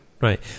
Right